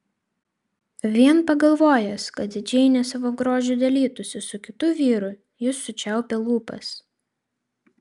vien pagalvojęs kad džeinė savo grožiu dalytųsi su kitu vyru jis sučiaupė lūpas